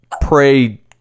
pray